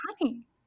honey